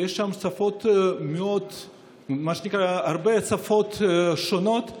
ויש שם הרבה שפות שונות,